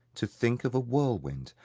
to think of a whirlwind,